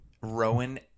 Rowan